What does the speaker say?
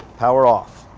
power off.